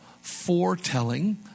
foretelling